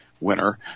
winner